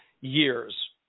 years